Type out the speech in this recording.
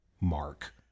Mark